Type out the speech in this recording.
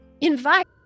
invite